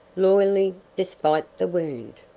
loyally, despite the wound.